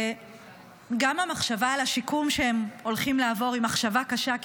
גם המחשבה על השיקום שהם הולכים לעבור היא מחשבה קשה.